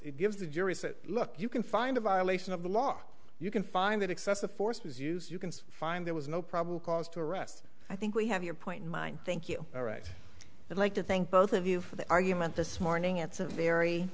it gives the jury said look you can find a violation of the law you can find that excessive force was used you can find there was no probable cause to arrest i think we have your point and mine think you are right but like to thank both of you for the argument this morning it's a very